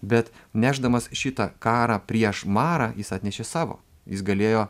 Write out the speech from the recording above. bet nešdamas šitą karą prieš marą jis atnešė savo jis galėjo